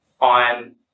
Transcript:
on